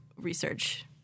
research